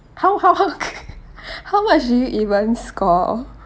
how how how how much did you even score